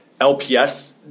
LPS